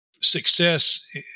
success